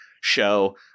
show